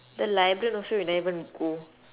the librarian also we never even go